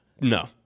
no